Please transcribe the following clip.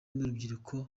n’urubyiruko